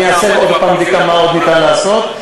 אני אבדוק עוד הפעם מה עוד אפשר לעשות,